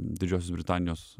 didžios britanijos